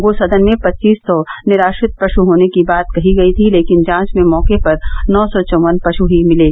गो सदन में पच्चीस सौ निराश्रित पश् होने की बात कही गयी थी लेकिन जांच में मौके पर नौ सौ चौवन पश ही मिले